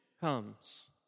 comes